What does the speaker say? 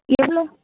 எவ்வளோ